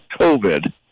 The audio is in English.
COVID